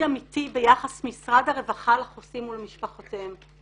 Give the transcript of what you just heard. אמיתי ביחס משרד הרווחה לחוסים ולמשפחותיהם.